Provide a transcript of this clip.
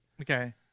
okay